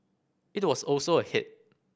it was also a hit